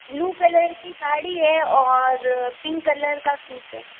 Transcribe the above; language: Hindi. ब्लू कलर की साड़ी है और पिंक कलर का सूट है